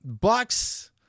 bucks